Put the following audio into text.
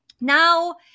now